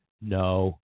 No